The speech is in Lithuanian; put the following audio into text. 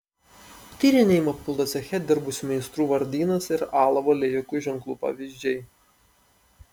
tyrinėjimą papildo ceche dirbusių meistrų vardynas ir alavo liejikų ženklų pavyzdžiai